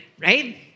right